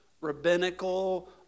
rabbinical